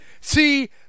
see